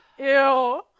Ew